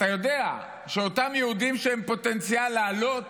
אתה יודע שאותם יהודים שהם פוטנציאל לעלות,